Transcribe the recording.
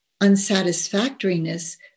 unsatisfactoriness